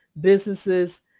businesses